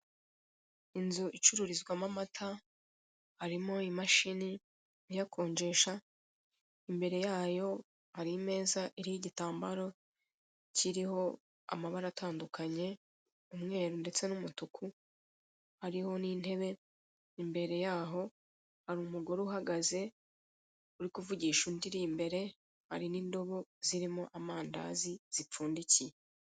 Inzu icururizwamo amata, harimo imashini iyakonjesha, imbere yayo hari imeza iriho igitambaro kiriho amabara atandukanye, umweru ndetse n'umutuku, hariho n'intebe, imbere yaho hari umugore uhagaze uri kuvugisha undirimbere, hari n'indobo zirimo amandazi zipfundikiye.